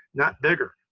not bigger.